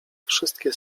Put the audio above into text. wszystkie